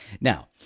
Now